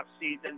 season